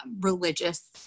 religious